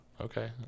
Okay